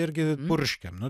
irgi purškiam nu